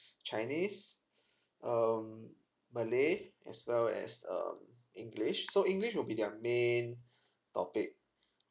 chinese um malay as well as um english so english will be their main topic